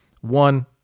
One